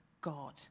God